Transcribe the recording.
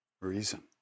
reason